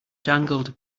jangled